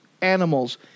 animals